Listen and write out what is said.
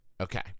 Okay